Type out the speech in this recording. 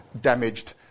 damaged